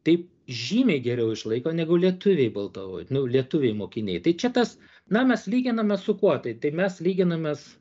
taip žymiai geriau išlaiko negu lietuviai baltao nu lietuviai mokiniai tai čia tas na mes lyginame su kuo tai tai mes lyginamės